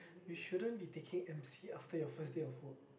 you shouldn't be taking M_C after your first day of work